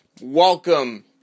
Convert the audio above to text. welcome